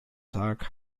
tag